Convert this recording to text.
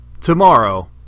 tomorrow